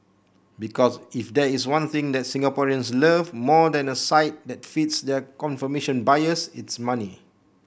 because if there is one thing that Singaporeans love more than a site that feeds their confirmation bias it's money